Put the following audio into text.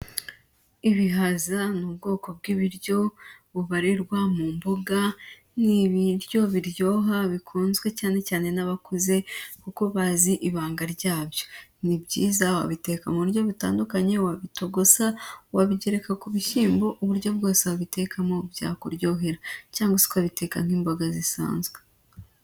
Ibihaza ni ubwoko bw'ibiryo bubarirwa mu mboga, ni ibiryo biryoha bikunzwe cyane cyane n'abakuze kuko bazi ibanga ryabyo, ni byiza wabiteka mu buryo butandukanye, wabitogosa, wabigereka ku bishyimbo, uburyo bwose wabitekamo byakuryohera, cyangwa se ukabitega nk'imboga zisanzwe.